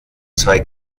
zwei